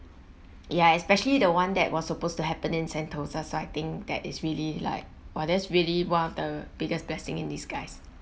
ya especially the one that was supposed to happen in sentosa so I think that is really like !wah! that's really one of the biggest blessing in disguise